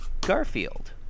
Garfield